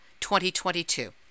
2022